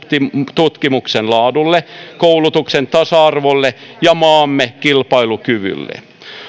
tutkimuksen laadulle koulutuksen tasa arvolle ja maamme kilpailukyvylle